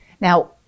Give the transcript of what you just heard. Now